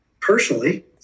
personally